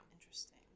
Interesting